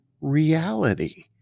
reality